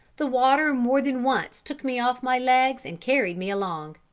the water more than once took me off my legs, and carried me along.